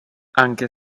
anche